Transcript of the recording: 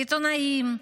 העיתונאים,